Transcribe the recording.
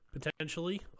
potentially